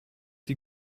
die